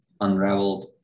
unraveled